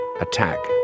Attack